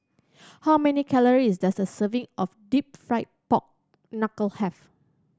how many calories does a serving of Deep Fried Pork Knuckle have